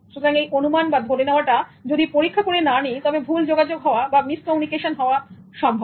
সুতরাং এই অনুমান বা ধরে নেওয়াটা যদি পরীক্ষা করে না নেই তবে ভুল যোগাযোগ হওয়া বা মিসকমিউনিকেশন হওয়া সম্ভব